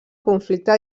conflicte